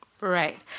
Right